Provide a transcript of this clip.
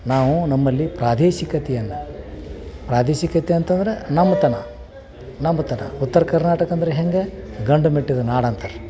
ನಾವು ನಮ್ಮಲ್ಲಿ ಪ್ರಾದೇಶಿಕತೆಯನ್ನು ಪ್ರಾದೇಶಿಕತೆ ಅಂತಂದ್ರೆ ನಮ್ಮತನ ನಮ್ಮತನ ಉತ್ತರ ಕರ್ನಾಟಕ ಅಂದರೆ ಹೇಗೆ ಗಂಡು ಮೆಟ್ಟಿದ ನಾಡು ಅಂತಾರೆ